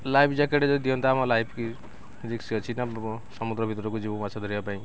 life jacket ଯଦି ଦିଅନ୍ତା ଆମ ଲାଇଫ୍ ବି ରିକ୍ସ ଅଛି ନା ସମୁଦ୍ର ଭିତରକୁ ଯିବୁ ମାଛ ଧରିବା ପାଇଁ